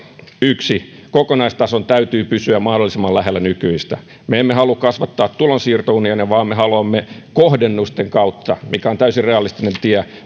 ensinnäkin kokonaistason täytyy pysyä mahdollisimman lähellä nykyistä me emme halua kasvattaa tulonsiirtounionia vaan me haluamme kohdennusten kautta mikä on täysin realistinen tie